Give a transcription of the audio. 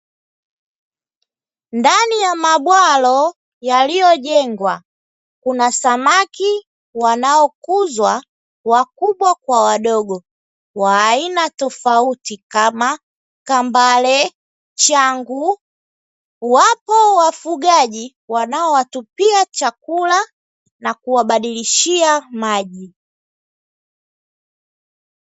Ndani ya mabwalo yaliyojengwa kuna samaki wanaokuzwa wakubwa kwa wadogo wa aina tofauti kama kambale, changu, wapo wafugaji wanaowatupia chakula na kuwabadilishia maji.